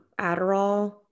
Adderall